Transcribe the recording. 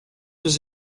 was